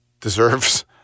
deserves